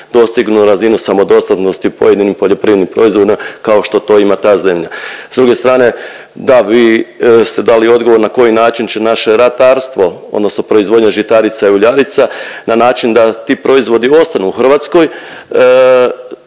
dostignu razinu samodostatnosti pojedinih poljoprivrednih proizvoda kao što to ima ta zemlja. S druge strane, da vi ste dali odgovor na koji način će naše ratarstvo odnosno proizvodnja žitarica i uljarica na način da ti proizvodi ostanu u Hrvatskoj